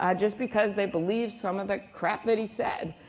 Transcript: ah just because they believed some of the crap that he said.